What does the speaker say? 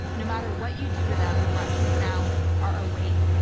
no matter what you do to them, the russians now are awake.